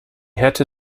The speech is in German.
hätte